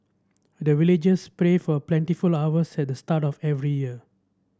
the villagers pray for plentiful harvest at the start of every year